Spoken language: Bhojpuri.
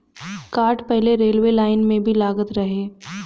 काठ पहिले रेलवे लाइन में भी लागत रहे